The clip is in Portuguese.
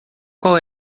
qual